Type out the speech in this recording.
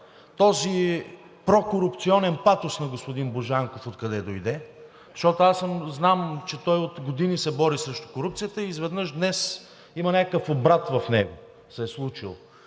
този прокорупционен патос на господин Божанков откъде дойде, защото аз знам, че той от години се бори срещу корупцията и изведнъж днес има някакъв обрат в него – се е случил.